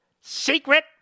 secret